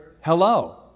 hello